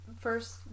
first